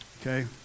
okay